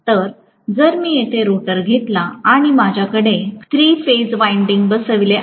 तर जर मी येथे रोटर घेतला आणि माझ्याकडे थ्री फेज विंडिंग्ज बसवले आहेत